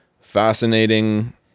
fascinating